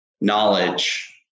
knowledge